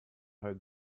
her